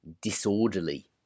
disorderly